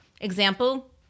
Example